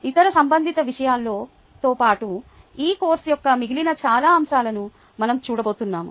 ఇతర సంబంధిత విషయాలతో పాటు ఈ కోర్సు యొక్క మిగిలిన చాలా అంశాలను మనం చూడబోతున్నాము